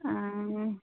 ᱚ